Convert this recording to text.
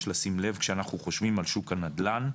לשים לב כשאנחנו חושבים על שוק הנדל"ן,